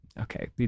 okay